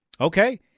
Okay